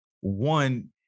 one